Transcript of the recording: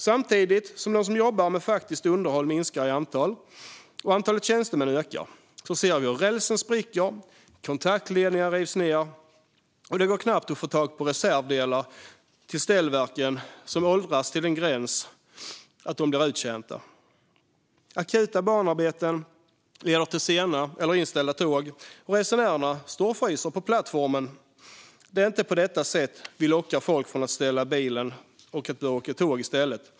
Samtidigt som de som jobbar med faktiskt underhåll minskar i antal och antalet tjänstemän ökar ser vi hur rälsen spricker och kontaktledningar rivs ned. Det går knappt att få tag på reservdelar till ställverken, som åldras till den gräns att de blir uttjänta. Akuta banarbeten leder till sena eller inställda tåg, och resenärerna står och fryser på plattformen. Det är inte på detta sätt vi lockar folk att ställa bilen och börja åka tåg i stället.